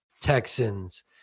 texans